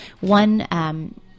One